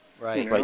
right